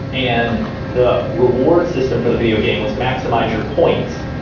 and the reward system for the video game was maximize your points.